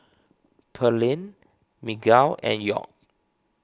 Pearlene Miguel and York